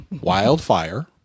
Wildfire